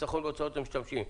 לחיסכון בהוצאות למשתמשים.